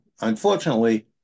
unfortunately